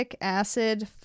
acid